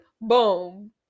boom